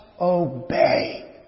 obey